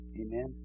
amen